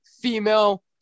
female